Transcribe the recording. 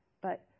But